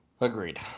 Agreed